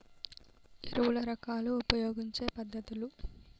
ఎరువుల రకాలు ఉపయోగించే పద్ధతులు?